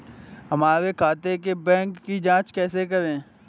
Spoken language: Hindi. हमारे खाते के बैंक की जाँच कैसे करें?